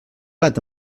plat